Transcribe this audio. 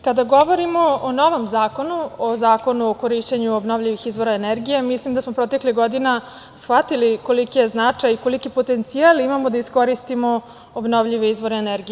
Kada govorimo o novom zakonu, o Zakonu o korišćenju obnovljivih izvora energije, mislim da smo proteklih godina shvatili koliki je značaj, koliki potencijal imamo da iskoristimo obnovljive izvore energije.